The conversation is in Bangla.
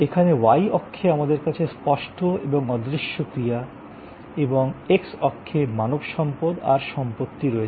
এখানে Y অক্ষে আমাদের কাছে স্পষ্ট এবং অদৃশ্য ক্রিয়া এবং X অক্ষে মানব সম্পদ আর সম্পত্তি রয়েছে